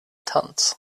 tanz